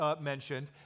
mentioned